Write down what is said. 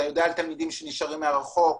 אתה יודע על תלמידים שנשארים מרחוק,